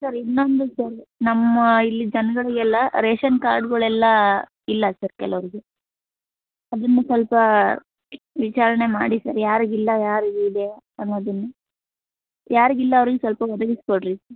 sir ಇನ್ನೊಂದು sir ನಮ್ಮ ಇಲ್ಲಿ ಜನಗಳಿಗೆಲ್ಲ ರೇಷನ್ ಕಾರ್ಡ್ಗಳೆಲ್ಲ ಇಲ್ಲ ಸರ್ ಕೆಲವರಿಗೆ ಅದನ್ನು ಸ್ವಲ್ಪ ವಿಚಾರಣೆ ಮಾಡಿ ಸರ್ ಯಾರಿಗಿಲ್ಲ ಯಾರಿಗೆ ಇದೆ ಅನ್ನೋದನ್ನು ಯಾರ್ಗೆ ಇಲ್ಲ ಅವ್ರಿಗೆ ಸ್ವಲ್ಪ ಒದಗಿಸಿ ಕೊಡಿರಿ